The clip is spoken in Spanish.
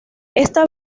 esta